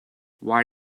why